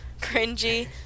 cringy